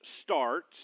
starts